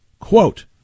Quote